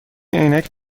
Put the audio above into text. عینک